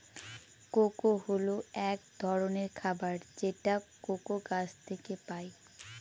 cocoa হল এক ধরনের খাবার যেটা কোকো গাছ থেকে পায়